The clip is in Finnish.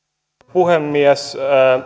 puhemies